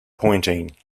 pointing